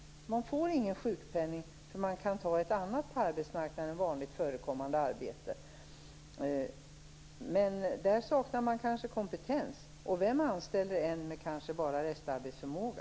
Man får ingen sjukpenning om man kan ta ett annat på arbetsmarknaden vanligt förekommande arbete. Men för detta saknar man kanske kompetens. Och vem anställer en person med restarbetsförmåga?